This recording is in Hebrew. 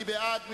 מי בעד?